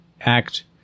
act